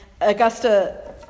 Augusta